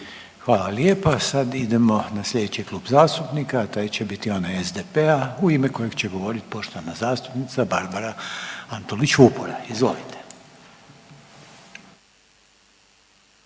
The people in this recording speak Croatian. Hvala lijepa. Sad idemo na sljedeći klub zastupnika, a taj će biti onaj SDP-a u ime kojeg će govoriti poštovana zastupnica Barbara Antolić Vupora, izvolite.